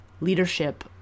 leadership